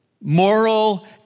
moral